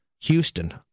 Houston